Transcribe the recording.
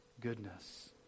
goodness